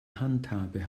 handhabe